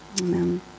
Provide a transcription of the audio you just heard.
Amen